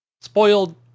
Spoiled